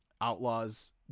outlaws